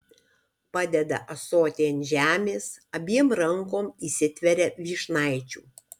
padeda ąsotį ant žemės abiem rankom įsitveria vyšnaičių